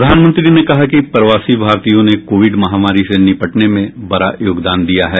प्रधानमंत्री ने कहा कि प्रवासी भारतीयों ने कोविड महामारी से निपटने में बड़ा योगदान दिया है